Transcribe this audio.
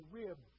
rib